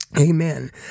Amen